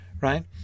right